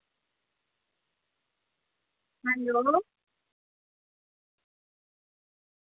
hello